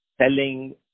selling